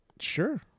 Sure